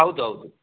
ಹೌದೌದು